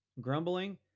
Grumbling